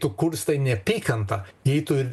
tu kurstai neapykantą jei tu ir